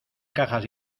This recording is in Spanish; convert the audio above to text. cajas